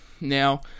Now